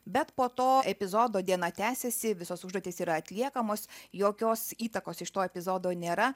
bet po to epizodo diena tęsiasi visos užduotys yra atliekamos jokios įtakos iš to epizodo nėra